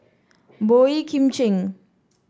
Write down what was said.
Boey Kim Cheng